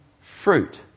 fruit